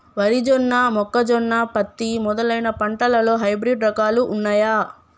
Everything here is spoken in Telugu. వరి జొన్న మొక్కజొన్న పత్తి మొదలైన పంటలలో హైబ్రిడ్ రకాలు ఉన్నయా?